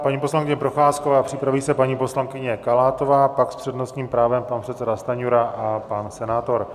Paní poslankyně Procházková, připraví se paní poslankyně Kalátová, pak s přednostním právem pan předseda Stanjura a pan senátor.